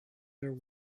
their